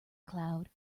cloud